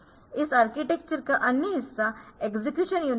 इस आर्किटेक्चर का अन्य हिस्सा एक्सेक्यूशन यूनिट है